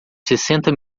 sessenta